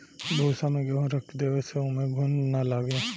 भूसा में गेंहू रख देवे से ओमे घुन ना लागे